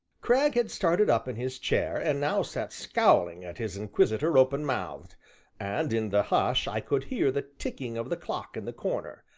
cragg had started up in his chair and now sat scowling at his inquisitor open-mouthed and in the hush i could hear the ticking of the clock in the corner,